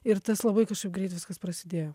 ir tas labai greit viskas prasidėjo